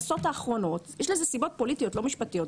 יש לזה סיבות פוליטיות, לא משפטיות.